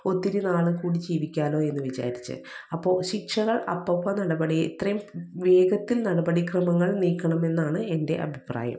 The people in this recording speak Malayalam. ഒത്തിരിനാൾ കൂടി ജീവിക്കാലോ എന്ന് വിചാരിച്ച് അപ്പോൾ ശിക്ഷകൾ അപ്പപ്പോൾ നടപടി എത്രയും വേഗത്തിൽ നടപടി ക്രമങ്ങൾ നീക്കണം എന്നാണ് എൻ്റെ അഭിപ്രായം